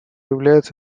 является